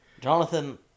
Jonathan